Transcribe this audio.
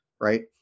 right